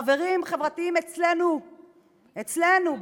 חברים חברתיים אצלנו בסיעה,